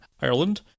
Ireland